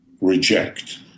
reject